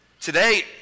Today